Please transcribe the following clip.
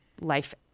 life